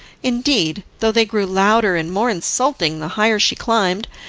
indeed, though they grew louder and more insulting the higher she climbed,